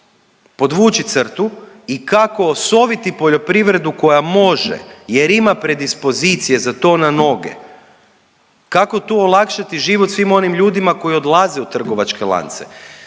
podvući crtu i kako osoviti poljoprivredu koja može jer ima predispozicije za to na noge, kako tu olakšati život svim onim ljudima koji odlaze u trgovačke lance,